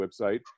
website